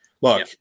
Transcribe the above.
Look